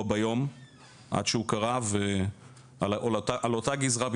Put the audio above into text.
ביום עד שהוא קרה ועל אותה גזרה בדיוק,